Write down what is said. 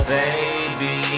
baby